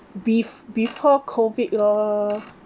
bef~ before COVID lor